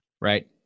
Right